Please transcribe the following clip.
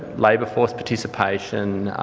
labour force participation,